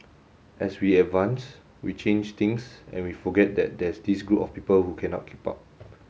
as we advance we change things and we forget that there's this group of people who cannot keep up